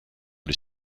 les